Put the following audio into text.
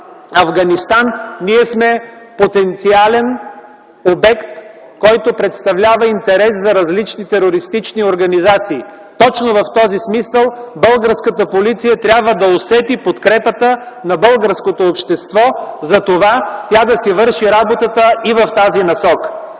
Афганистан, ние сме потенциален обект, който представлява интерес за различни терористични организации. Точно в този смисъл българската полиция трябва да усети подкрепата на българското общество за това и да си върши работата и в тази насока.